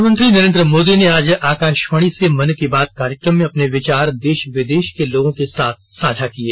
प्रधानमंत्री नरेन्द्र मोदी ने आज आकाशवाणी से मन की बात कार्यक्रम में अपने विचार देश विदेश के लोगों के साथ साझा किये